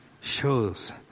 Shows